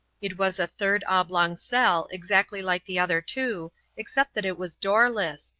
it was a third oblong cell exactly like the other two except that it was doorless,